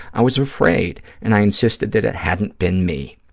i was afraid and i insisted that it hadn't been me.